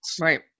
Right